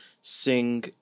sing